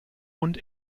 und